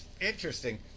interesting